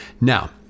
Now